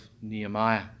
Nehemiah